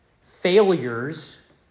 failures